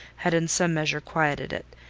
had in some measure quieted it,